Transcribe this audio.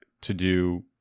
to-do